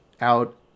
out